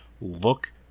Look